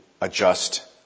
adjust